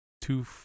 two